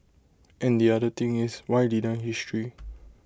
and the other thing is why deny history